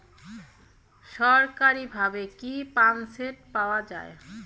সরকারিভাবে কি পাম্পসেট পাওয়া যায়?